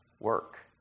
work